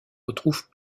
retrouve